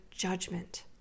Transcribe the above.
judgment